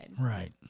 Right